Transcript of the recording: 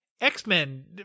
X-Men